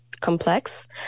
complex